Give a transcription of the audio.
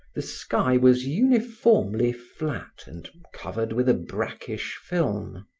the sky was uniformly flat and covered with a brackish film.